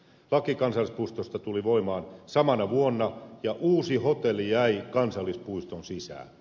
laki kansallispuistosta tuli voimaan samana vuonna ja uusi hotelli jäi kansallispuiston sisään